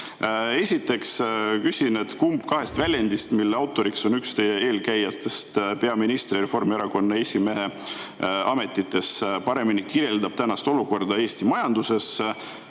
Esiteks küsin, kumb kahest väljendist, mille autor on üks teie eelkäijatest peaministri- ja Reformierakonna esimehe ametis, kirjeldab paremini tänast olukorda Eesti majanduses: